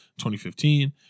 2015